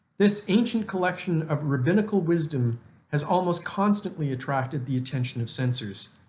this ancient collection of rabbinical wisdom has almost constantly attracted the attention of censors.